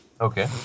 Okay